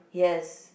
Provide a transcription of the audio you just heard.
yes